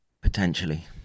Potentially